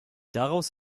daraus